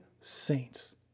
saints